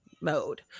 mode